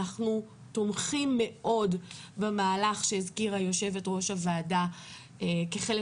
אנחנו תומכים מאוד במהלך שהזכירה יושבת ראש הוועדה כחלק